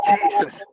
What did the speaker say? Jesus